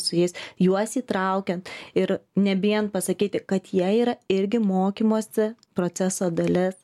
su jais juos įtraukiant ir nebijant pasakyti kad jie yra irgi mokymosi proceso dalis